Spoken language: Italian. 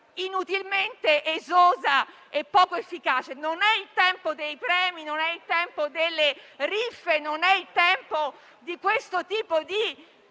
inutilmente esosa e poco efficace. Non è il tempo dei premi, delle riffe. Non è il tempo di questo tipo di